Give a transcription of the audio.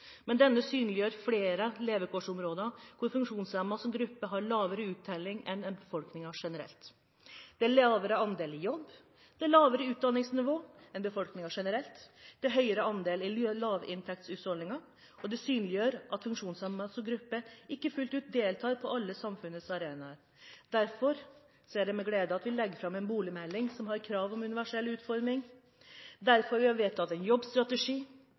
Men denne synliggjør flere levekårsområder hvor funksjonshemmede som gruppe har lavere uttelling enn i befolkningen generelt. Det er en lavere andel i jobb, det er et lavere utdanningsnivå enn i befolkningen generelt, og det er en høyere andel lavinntektshusholdninger. Dette synliggjør at funksjonshemmede som gruppe ikke fullt ut deltar på alle samfunnets arenaer. Derfor er det med glede vi legger fram en boligmelding som har krav om universell utforming. Derfor har vi vedtatt en jobbstrategi,